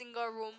think girl room